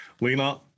Lena